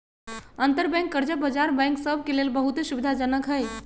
अंतरबैंक कर्जा बजार बैंक सभ के लेल बहुते सुविधाजनक हइ